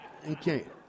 Okay